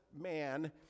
man